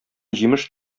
җимеш